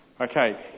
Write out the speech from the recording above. Okay